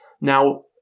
Now